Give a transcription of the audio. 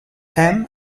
thème